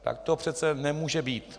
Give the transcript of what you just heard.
Tak to přece nemůže být.